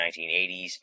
1980s